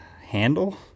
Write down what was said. handle